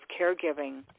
caregiving